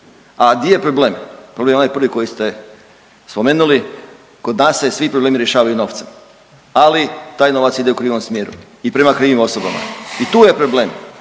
A di je problem? Problem je onaj prvi koji ste spomenuli. Kod nas se svi problemi rješavaju novcem, ali taj novac ide u krivom smjeru i prema krivim osobama. I tu je problem?